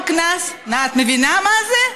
את משנה את, את מבינה מה זה?